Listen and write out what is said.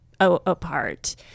apart